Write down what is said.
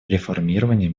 реформирования